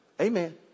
Amen